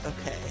Okay